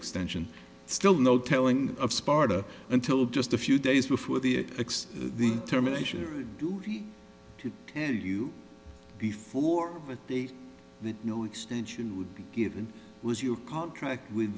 extension still no telling of sparta until just a few days before the ex the terminations duty to tell you before the that no extension would be given was your contract with